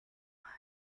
mind